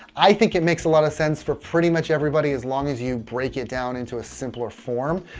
i think it makes a lot of sense for pretty much everybody as long as you break it down into a simpler form,